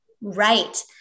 Right